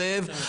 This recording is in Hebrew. זאב,